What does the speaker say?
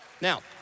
Now